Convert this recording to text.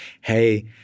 hey